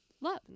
love